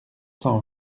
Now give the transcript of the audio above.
cent